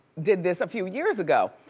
did this a few years ago,